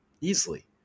easily